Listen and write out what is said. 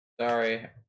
Sorry